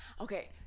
okay